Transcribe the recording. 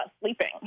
sleeping